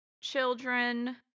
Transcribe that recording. Children